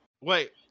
wait